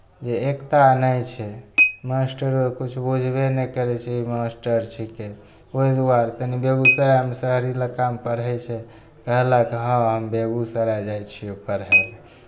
जे एकता नहि छै मास्टरो किछु बुझबे नहि करै छै ई मास्टर छिकै ओहि दुआरे तनी बेगूसरायमे शहरी इलाकामे पढ़ैत छै कहलक हँ हम बेगूसराय जाइ छियौ पढ़य लेल